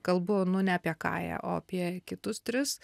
kalbu nu ne apie kają o apie kitus tris